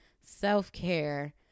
self-care